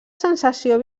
sensació